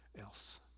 else